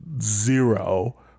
zero